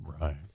Right